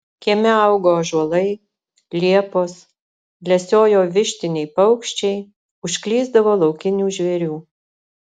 kieme augo ąžuolai liepos lesiojo vištiniai paukščiai užklysdavo laukinių žvėrių